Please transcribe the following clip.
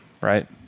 right